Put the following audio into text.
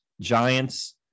Giants